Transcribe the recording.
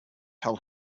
tell